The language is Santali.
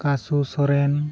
ᱠᱟᱥᱩ ᱥᱚᱨᱮᱱ